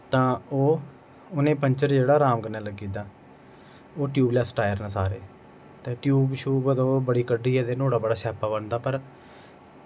तां ओह् उनें पेचर जेह्ड़ा राम कन्नै लग्गी जंदा ओह् टयूवलैस्स टायर न सारे ते टयूव शयूव ऐ ते ओह् बड़ी कड्ढियै ते नुआढ़ा बड़ा स्यापा बनदा पर